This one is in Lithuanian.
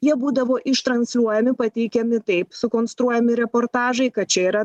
jie būdavo iš transliuojami pateikiami taip sukonstruojami reportažai kad čia yra